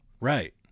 Right